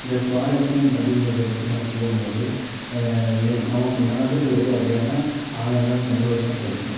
இந்த சுவாரஸ்யம் அப்படிங்கிறத பற்றி நான் சொல்லும் போது நமக்கு மனதுக்கு ஒரு வகையான ஆனந்தம் சந்தோஷம் கிடைக்கும்